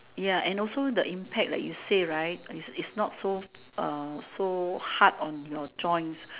ya and also the impact like you say right is is not so uh so hard on your joints